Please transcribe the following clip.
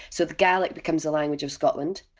so the gaelic becomes the language of scotland.